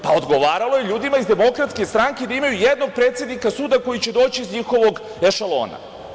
Pa odgovaralo je ljudima iz DS da imaju jednog predsednika suda koji će doći iz njihovog ešalona.